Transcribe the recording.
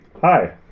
Hi